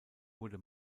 wurde